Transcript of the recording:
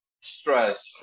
stress